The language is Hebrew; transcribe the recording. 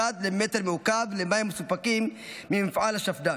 למטר מעוקב למים המסופקים ממפעל השפד"ן,